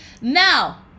Now